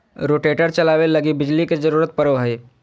rotator चलावे लगी बिजली के जरूरत पड़ो हय